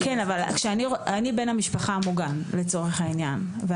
--- אני בן המשפחה המוגן לצורך העניין.